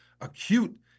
acute